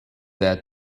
that